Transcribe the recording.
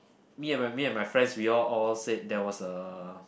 me and my me and my friends we all all said there was a